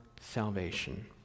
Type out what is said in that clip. salvation